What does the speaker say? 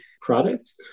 products